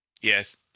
yes